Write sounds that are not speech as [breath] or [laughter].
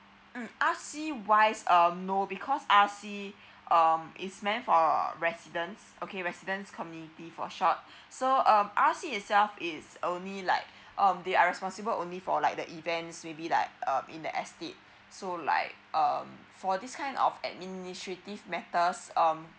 mm R_C wise um no because R_C [breath] um is meant for residents okay resident's community for short [breath] so uh R_C itself is only like [breath] um there are responsible only for like the events maybe like uh in the estate [breath] so like um for this kind of administrative matters um